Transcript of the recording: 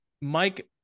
Mike